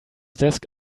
desk